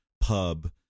pub